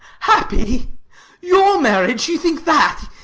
happy your marriage! you think that!